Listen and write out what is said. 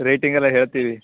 rating ಎಲ್ಲ ಹೇಳ್ತೀವಿ